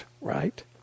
right